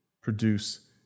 produce